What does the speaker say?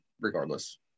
regardless